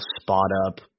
spot-up